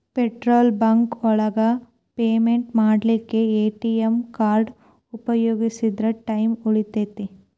petrol bunk ಒಳಗ payment ಮಾಡ್ಲಿಕ್ಕೆ ATM card ಉಪಯೋಗಿಸಿದ್ರ ಟೈಮ್ ಉಳಿತೆತಿ